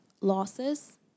losses